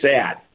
sad